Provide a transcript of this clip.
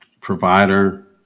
provider